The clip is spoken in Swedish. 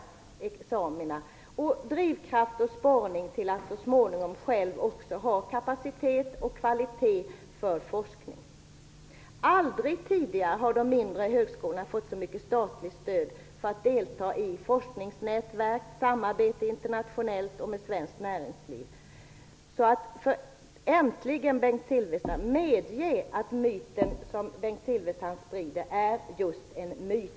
De får också drivkraft och sporras att så småningom själva skapa kapacitet och kvalitet för forskning. Aldrig tidigare har de mindre högskolorna fått så mycket statligt stöd för att delta i forskningsnätverk och samarbete internationellt och med svenskt näringsliv. Medge äntligen, Bengt Silfverstrand, att den myt som Bengt Silfverstrand sprider är just en myt!